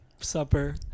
Supper